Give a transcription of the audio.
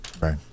Right